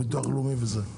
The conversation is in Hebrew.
ביטוח לאומי וכו'.